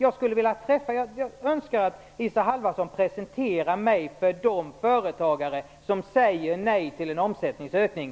Jag önskar att Isa Halvarsson presenterar mig för de företagare som säger nej till en omsättningsökning.